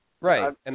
Right